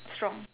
strong